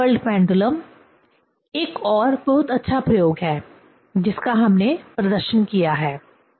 यह coupled pendulum एक और बहुत अच्छा प्रयोग है जिसका हमने प्रदर्शन किया है